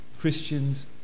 Christians